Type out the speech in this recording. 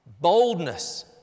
Boldness